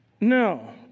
No